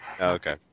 okay